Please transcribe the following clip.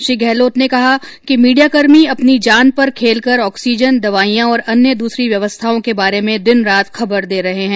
श्री गहलोत ने कहा कि मीडियाकर्मी अपनी जान पर खेलकर ऑक्सीजन दवाईयां और अन्य दूसरी व्यवस्थाओं के बारे में दिन रात खबर दे रहे हैं